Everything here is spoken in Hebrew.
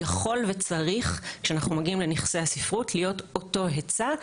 יכול וצריך כשאנחנו מגיעים לנכסי הספרות להיות אותו היצע.